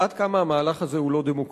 עד כמה המהלך הזה הוא לא דמוקרטי.